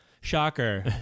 Shocker